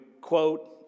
quote